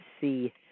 see